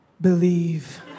believe